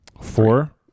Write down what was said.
Four